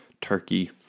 turkey